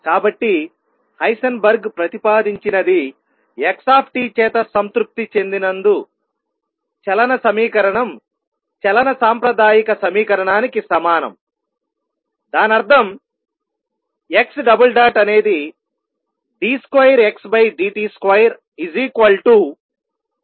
కాబట్టి హైసెన్బర్గ్ ప్రతిపాదించినది x చేత సంతృప్తి చెందినందు చలన సమీకరణం చలన సాంప్రదాయిక సమీకరణానికి సమానందానర్థం x అనేది d2xdt2Fxmకు సమానం